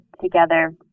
together